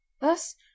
Thus